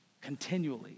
continually